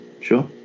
Sure